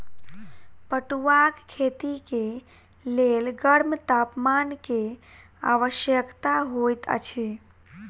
पटुआक खेती के लेल गर्म तापमान के आवश्यकता होइत अछि